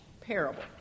parable